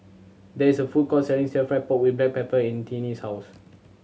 there is a food court selling Stir Fried Pork With Black Pepper in Tiny's house